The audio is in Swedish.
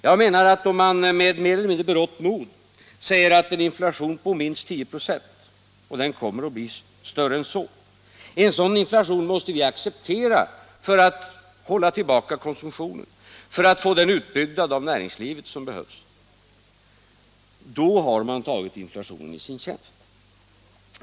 Jag menar att om man med mer eller mindre berått mod säger att vi måste acceptera en inflation på minst 10 96 — och den kommer att bli större än så — för att hålla tillbaka konsumtionen, för att få den utbyggnad av näringslivet som behövs, då har man tagit inflationen i sin tjänst.